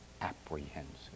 apprehensive